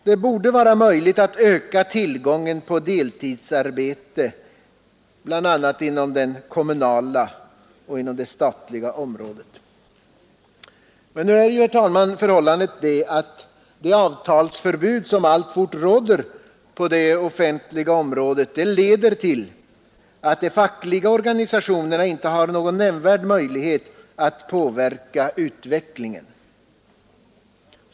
Det borde vara möjligt att öka tillgången till deltidsarbete, bl.a. på det statliga och kommunala området. Nu är emellertid förhållandet, herr talman, att det avtalsförbud som alltfort råder på det offentliga området leder till att de fackliga organisationerna inte har någon nämnvärd möjlighet att påverka utvecklingen.